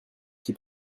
qui